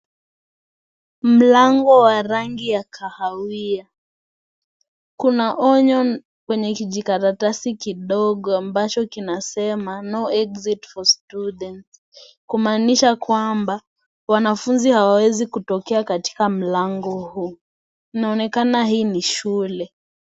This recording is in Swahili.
Mlango wa rangi ya kahawia. Kuna onyo kwenye kijikaratasi kidogo ambacho kinasema no exit for students . Kumaanisha kwamba, wanafunzi hawaezi tokea kutumia mlango huu. Inaonekana hii ni shule.